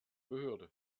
behörde